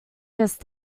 just